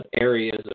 areas